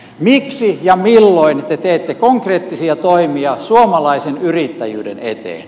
miksi ja milloin te teette konkreettisia toimia suomalaisen yrittäjyyden eteen